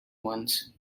once